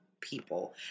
people